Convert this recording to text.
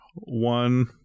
One